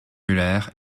muller